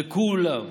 לכולם.